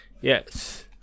Yes